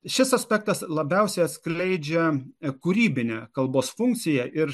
šis aspektas labiausiai atskleidžia kūrybinę kalbos funkciją ir